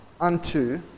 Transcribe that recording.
unto